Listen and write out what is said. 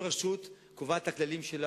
כל רשות קובעת את הכללים שלה,